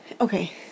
Okay